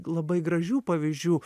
labai gražių pavyzdžių